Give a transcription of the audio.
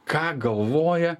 ką galvoja